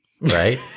Right